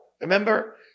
remember